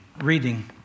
Reading